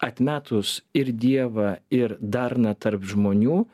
atmetus ir dievą ir darną tarp žmonių